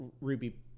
Ruby